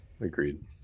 agreed